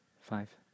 five